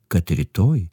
kad rytoj